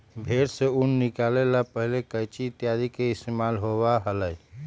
भेंड़ से ऊन निकाले ला पहले कैंची इत्यादि के इस्तेमाल होबा हलय